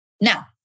Now